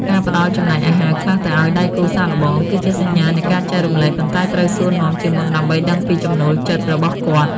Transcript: ការផ្ដល់ចំណែកអាហារខ្លះទៅឱ្យដៃគូសាកល្បង គឺជាសញ្ញានៃការចែករំលែក ប៉ុន្តែត្រូវសួរនាំជាមុនដើម្បីដឹងពីចំណូលចិត្តរបស់គាត់។